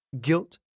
guilt